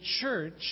church